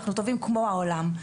אנחנו טובים כמו העולם.